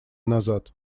назад